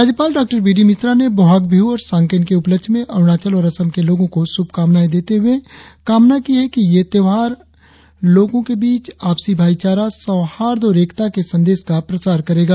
राज्यपाल डॉ B D Mishra ने बोहाग बिहु और सांकेन के उपलक्ष में अरुणाचल और असम के लोगों को शुभकामनाएं देते हुए कामना की है कि बोहाग बिहु और सांकेन लोगो के बीच परस्पर भाईचारा सौहार्द और एकता के संदेश का प्रसार करेगा